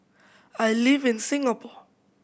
I live in Singapore